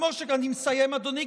אני מסיים, אדוני.